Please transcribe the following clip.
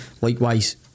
Likewise